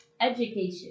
Education